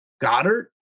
Goddard